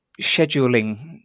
scheduling